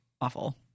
awful